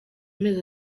amezi